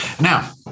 Now